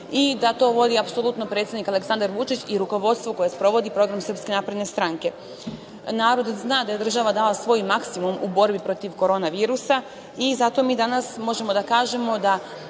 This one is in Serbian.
da to vodi apsolutno predsednik Aleksandar Vučić i rukovodstvo koje sprovodi program SNS.Narod zna da je država dala svoj maksimum u borbi protiv Koronavirusa i zato mi danas možemo da kažemo da